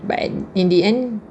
but in the end